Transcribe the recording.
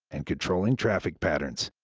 and controlling traffic patterns.